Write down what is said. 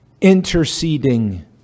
interceding